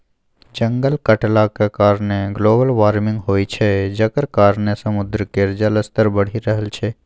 जंगल कटलाक कारणेँ ग्लोबल बार्मिंग होइ छै जकर कारणेँ समुद्र केर जलस्तर बढ़ि रहल छै